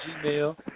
Gmail